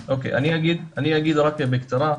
אוקיי, אני אגיד רק בקצרה.